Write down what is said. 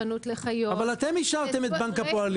חנות לחיות --- אבל אתם אישרתם שימוש חורג לבנק הפועלים,